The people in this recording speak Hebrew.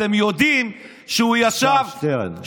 אתם יודעים שהוא ישב, השר שטרן.